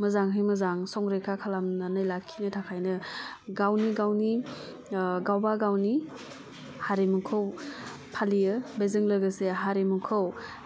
मोजांहै मोजां संरैखा खालामनानै लाखिनो थाखायनो गावनि गावनि गावबा गावनि हारिमुखौ फालियो बेजों लोगोसे हारिमुखौ